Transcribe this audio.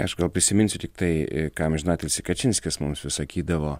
aišku gal prisiminsiu tik tai ką amžinatilsį kačinskis mums pasakydavo